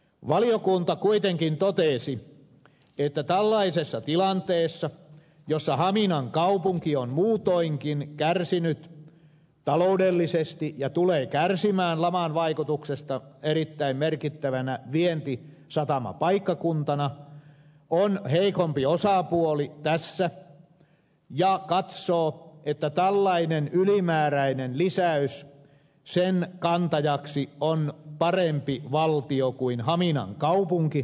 valiokunta kuitenkin totesi että tällaisessa tilanteessa jossa haminan kaupunki on muutoinkin kärsinyt taloudellisesti ja tulee kärsimään laman vaikutuksesta erittäin merkittävänä vientisatamapaikkakuntana hamina on heikompi osapuoli tässä ja katsoi että tällaisen ylimääräisen lisäyksen kantajaksi on parempi valtio kuin haminan kaupunki